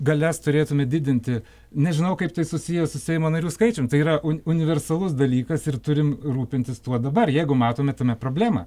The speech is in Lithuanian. galias turėtume didinti nežinau kaip tai susiję su seimo narių skaičium tai yra un universalus dalykas ir turim rūpintis tuo dabar jeigu matome tame problemą